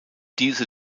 diese